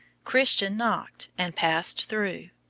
christian knocked and passed through.